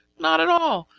not at all!